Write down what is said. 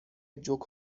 جوک